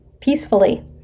peacefully